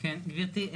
גברתי,